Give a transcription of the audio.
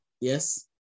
Yes